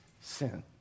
sin